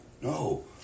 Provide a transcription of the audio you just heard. no